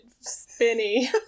spinny